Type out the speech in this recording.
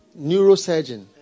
neurosurgeon